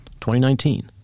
2019